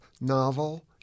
novel